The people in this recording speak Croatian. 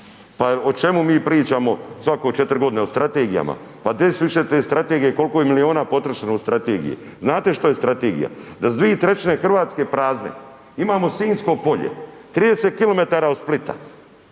Pa o čemu mi pričamo svako 4 godine, o strategijama, pa gdje su više te strategije, koliko je miliona potrošeno u strategije, znate što je strategija, da su 2/3 Hrvatske prazne. Imamo Sinjsko polje, 30 km od Splita